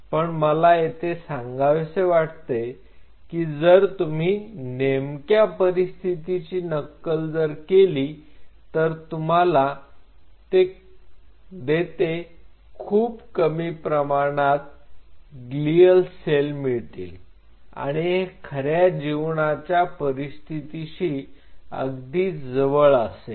पण मला येथे सांगावेसे वाटते की जर तुम्ही नेमक्या परिस्थितीची नक्कल जर केली तर तुम्हाला देते खूप कमी प्रमाणात ग्लीअल सेल्स मिळतील आणि हे खऱ्या जीवनाचा परिस्थितीशी अगदी जवळ असेल